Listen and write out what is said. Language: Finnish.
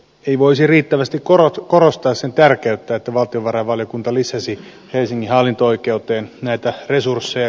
ei voi riittävästi korostaa sen tärkeyttä että valtiovarainvaliokunta lisäsi helsingin hallinto oikeuteen näitä resursseja